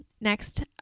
Next